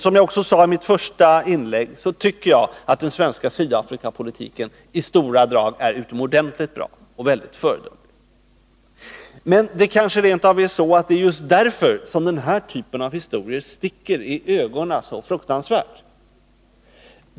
Som jag också sade i mitt första inlägg tycker jag att den svenska Sydafrikapolitiken i stora drag är utomordentligt bra och föredömlig. Men det kanske rent av är just därför som den här typen av historier sticker i ögonen så fruktansvärt.